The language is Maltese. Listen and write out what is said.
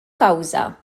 kawża